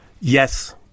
Yes